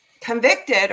convicted